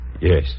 Yes